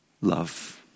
love